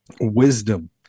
wisdom